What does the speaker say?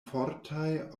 fortaj